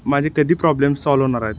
माझे कधी problem solve होणार आहेत